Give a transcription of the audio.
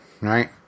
right